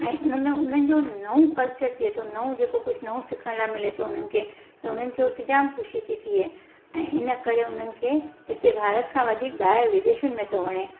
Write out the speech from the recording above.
ऐं उनमें उन्हनि जो नओं कल्चर थिए थो नओं जेको कुझु नओं सिखण लाइ मिले थो उन्हनि खे त उन्हनि खे उते जाम ख़ुशी थी थिए ऐं इनकरे उन्हनि खे हिते भारत खां वधीक ॿाहिरि विदेश में थो वणे